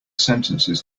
sentences